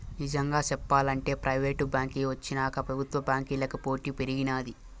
నిజంగా సెప్పాలంటే ప్రైవేటు బాంకీ వచ్చినాక పెబుత్వ బాంకీలకి పోటీ పెరిగినాది